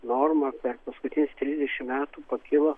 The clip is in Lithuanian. norma per paskutinius trisdešimt metų pakilo